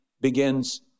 begins